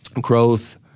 growth